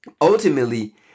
ultimately